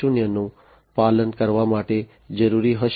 0 નું પાલન કરવા માટે જરૂરી હશે